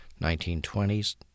1920s